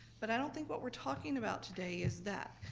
but i don't think what we're talking about today is that.